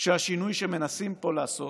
שהשינוי שמנסים פה לעשות